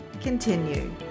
continue